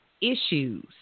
issues